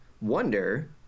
wonder